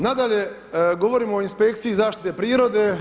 Nadalje, govorim o Inspekciji zaštite prirode.